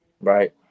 Right